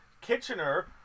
Kitchener